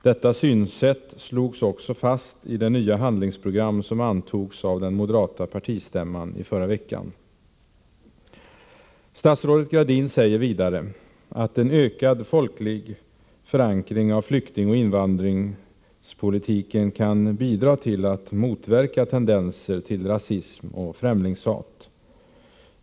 Detta synsätt slogs också fast i det nya handlingsprogram som antogs av den moderata partistämman i förra veckan. Statsrådet Gradin säger vidare att en ökad folklig förankring av flyktingoch invandrarpolitiken kan bidra till att motverka tendenser till rasism och främlingshat.